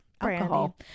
alcohol